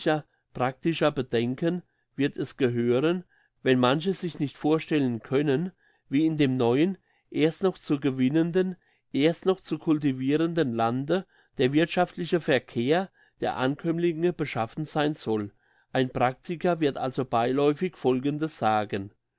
praktischer bedenken wird es gehören wenn manche sich nicht vorstellen können wie in dem neuen erst noch zu gewinnenden erst noch zu cultivirenden lande der wirthschaftliche verkehr der ankömmlinge beschaffen sein soll ein praktiker wird also beiläufig folgendes sagen